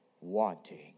wanting